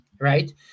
right